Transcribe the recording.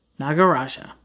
Nagaraja